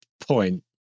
point